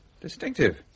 distinctive